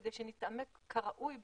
כדי שנתעמק כראוי בנושא.